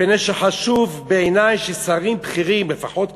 מפני שחשוב בעיני ששרים בכירים", לפחות כמוהו,